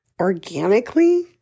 organically